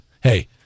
hey